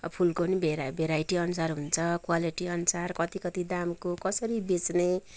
अब फुलको पनि भेरा भेराइटी अनुसार हुन्छ क्वालिटी अनुसार कति कति दामको कसरी बेच्ने